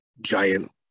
giant